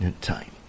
time